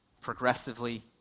progressively